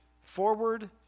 Forward